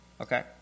okay